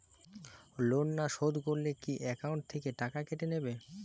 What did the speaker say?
Loan না শোধ করলে কি একাউন্ট থেকে টাকা কেটে নেবে?